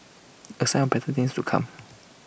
A sign of better things to come